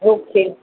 okay